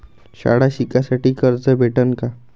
शाळा शिकासाठी कर्ज भेटन का?